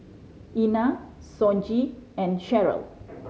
Ina Sonji and Sheryl